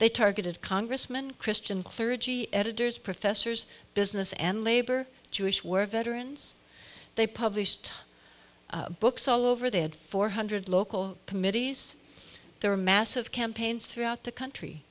they targeted congressman christian clergy editors professors business and labor jewish were veterans they published books all over they had four hundred local committees there were massive campaigns throughout the country